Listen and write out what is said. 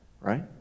Right